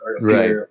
Right